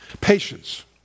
Patience